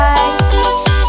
Bye